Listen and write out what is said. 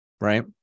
Right